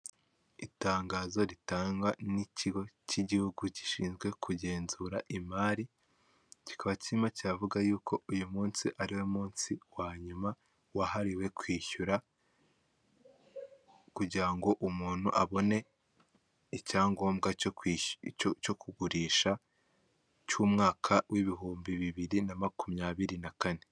Itangazo ritangwa n'ikigo cy'igihugu gishinzwe kugenzura imari kikaba kirimo kiravuga yuko uyu munsi ariwo munsi wa nyuma wahariwe kwishyura, kugira ngo umuntu abone icyangombwa cyo kugurisha cy'umwaka w'ibihumbi bibiri na makumyabiri na kane.